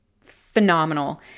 phenomenal